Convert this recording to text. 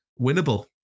winnable